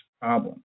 problem